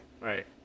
Right